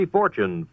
fortune